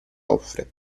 offre